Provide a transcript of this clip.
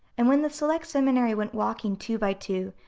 and when the select seminary went walking, two by two,